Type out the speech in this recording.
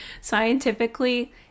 Scientifically